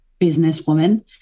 businesswoman